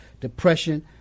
depression